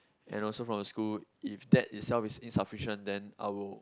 and also from the school if that itself is insufficient then I will